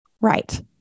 Right